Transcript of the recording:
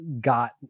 got